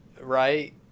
right